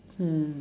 mm